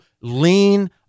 lean